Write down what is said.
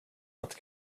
att